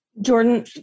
Jordan